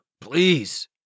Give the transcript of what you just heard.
please